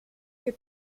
que